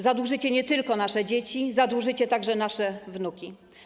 Zadłużycie nie tylko nasze dzieci, zadłużycie także nasze wnuki.